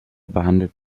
behandelt